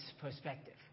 perspective